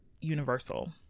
universal